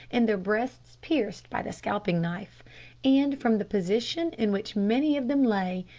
and their breasts pierced by the scalping-knife and from the position in which many of them lay,